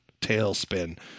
tailspin